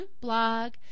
blog